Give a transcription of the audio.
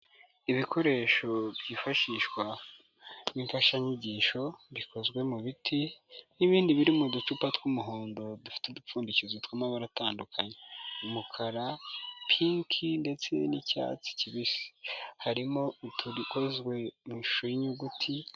Ibikoresho byifashishwa nk'imfashanyigisho bikozwe mu biti n'ibindi biri mu ducupa tw'umuhondo dufite udupfundikizo tw'amabara atandukanye: umukara, pinki ndetse n'icyatsi kibisi, harimo udukozwe mu ishusho y'inyuguti.